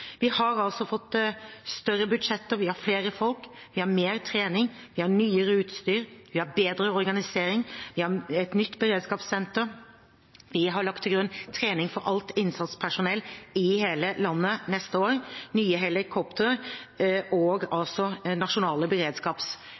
Vi har altså fått større budsjetter. Vi har flere folk, vi har mer trening, vi har nyere utstyr, vi har bedre organisering, vi har et nytt beredskapssenter, vi har lagt til grunn trening for alt innsatspersonell i hele landet neste år, nye helikoptre og altså nasjonale